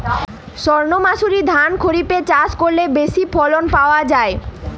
সর্ণমাসুরি ধান খরিপে চাষ করলে বেশি ফলন পাওয়া যায়?